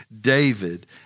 David